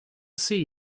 see